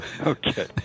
okay